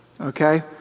okay